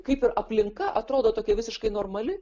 kaip ir aplinka atrodo tokia visiškai normali